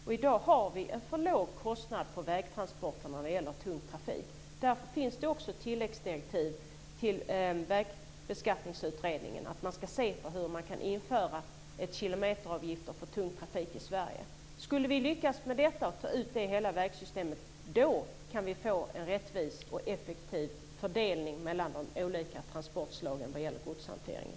I dag har vi en för låg kostnad på vägtransporter när det gäller tung trafik. Därför finns det ett tilläggsdirektiv till Vägbeskattningsutredningen om att man ska se på hur man kan införa kilometeravgifter för tung trafik i Sverige. Om vi skulle lyckas med det, och ta ut det i hela vägsystemet kan vi få en rättvis och effektiv fördelning mellan de olika transportslagen vad gäller godshanteringen.